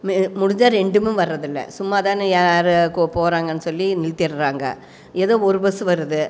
முடிஞ்சா ரெண்டுமே வரதில்லை சும்மாதான யார் கு போறாங்கன்னு சொல்லி நிறுத்திடுறாங்க எதோ ஒரு பஸ்ஸு வருது